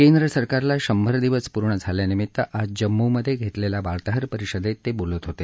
केंद्र सरकारला शंभर दिवस पूर्ण झाल्यानिमित्त आज जम्मूमध्ये घेतलेल्या वार्ताहर परिषदेत ते बोलत होते